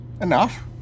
Enough